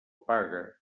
pague